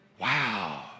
Wow